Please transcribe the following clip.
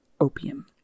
opium